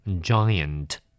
giant